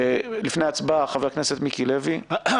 לפני הצבעה, חבר הכנסת מיקי לוי, בבקשה.